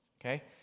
Okay